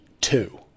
two